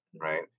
right